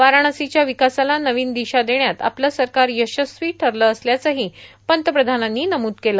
वाराणसीच्या विकासाला नवीन दिशा देण्यात आपलं सरकार यशस्वी ठरलं असल्याचंही पंतप्रधानांनी नमूद केलं